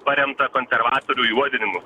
paremta konservatorių juodinimu